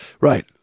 Right